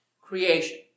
Creation